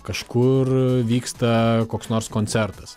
kažkur vyksta koks nors koncertas